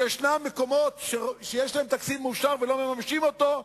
ויש מקומות שיש להם תקציב מאושר ולא מממשים אותו,